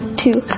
two